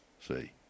See